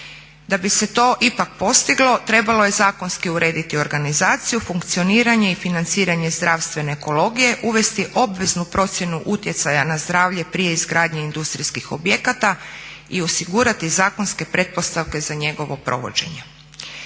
Da bi se to ipak postiglo trebalo je zakonski urediti organizaciju, funkcioniranje i financiranje zdravstvene ekologije, uvesti obveznu procjenu utjecaja na zdravlje prije izgradnje industrijskih objekata i osigurati zakonske pretpostavke za njegovo provođenje.